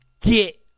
get